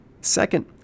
Second